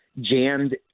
jammed